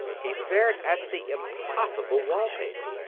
he stared at the impossible wall paper,